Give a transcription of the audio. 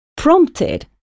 Prompted